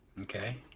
Okay